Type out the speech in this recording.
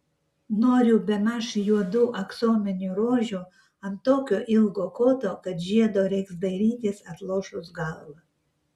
noriu bemaž juodų aksominių rožių ant tokio ilgo koto kad žiedo reiks dairytis atlošus galvą